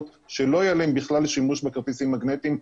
שלא יהיה להם בכלל שימוש בכרטיסים מגנטיים,